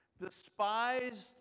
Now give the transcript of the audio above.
Despised